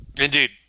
Indeed